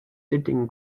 sitting